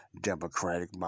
democratic